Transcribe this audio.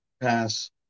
pass